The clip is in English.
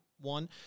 one